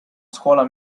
scuola